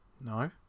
no